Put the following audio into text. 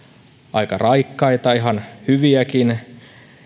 aika raikkaita ihan hyviäkin